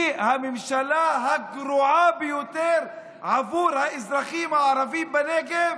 הממשלה הגרועה ביותר עבור האזרחים הערבים בנגב.